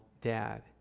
Dad